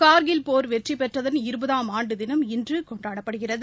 கார்கில் போரில் வெற்றி பெற்றதன் இருபதாம் ஆண்டு தினம் இன்று கொண்டாடப்படுகிறது